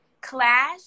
clash